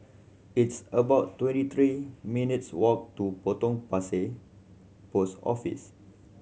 it's about twenty three minutes' walk to Potong Pasir Post Office